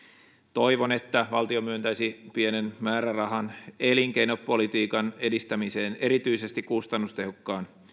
toivon että valtio myöntäisi pienen määrärahan elinkeinopolitiikan edistämiseen erityisesti kustannustehokkaan